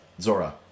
Zora